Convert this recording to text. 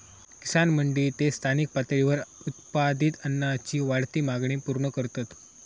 किसान मंडी ते स्थानिक पातळीवर उत्पादित अन्नाची वाढती मागणी पूर्ण करतत